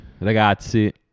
ragazzi